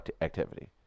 activity